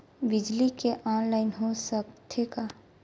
बिजली के ऑनलाइन हो सकथे का?